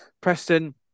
Preston